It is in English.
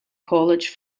college